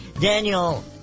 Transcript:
Daniel